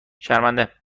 شرمنده